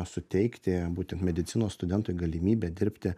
suteikti būtent medicinos studentui galimybę dirbti